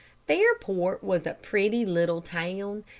fairport was a pretty little town,